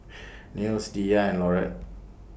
Nels Diya and Laurette